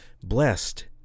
Blessed